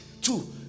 Two